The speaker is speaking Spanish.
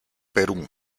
perú